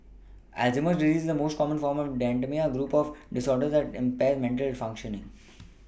Alzheimer's disease is the most common form of dementia a group of disorders that impairs mental functioning